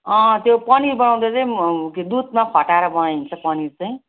त्यो पनिर बनाउँदा चाहिँ दुधमा फटाएर बनाइन्छ पनिर चाहिँ